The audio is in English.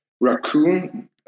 Raccoon